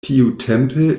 tiutempe